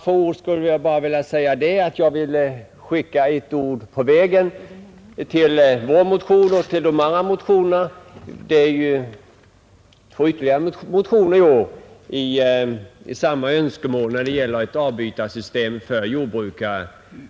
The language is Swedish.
Jag skulle vilja skicka med ett ord på vägen till utredarna av vår motion och de andra motionerna — det finns ytterligare två motioner med samma önskemål om ett avbytarsystem för jordbrukare.